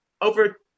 over